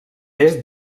est